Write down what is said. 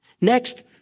Next